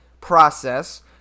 process